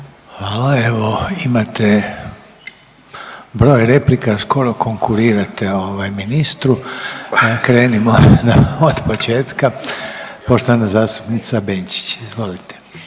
Hvala, evo imate broj replika skoro konkurirate ovaj ministru, krenimo od početka. Poštovana zastupnica Benčić, izvolite.